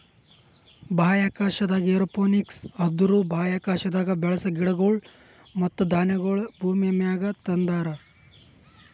ಬಾಹ್ಯಾಕಾಶದಾಗ್ ಏರೋಪೋನಿಕ್ಸ್ ಅಂದುರ್ ಬಾಹ್ಯಾಕಾಶದಾಗ್ ಬೆಳಸ ಗಿಡಗೊಳ್ ಮತ್ತ ಧಾನ್ಯಗೊಳ್ ಭೂಮಿಮ್ಯಾಗ ತಂದಾರ್